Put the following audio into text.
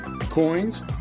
Coins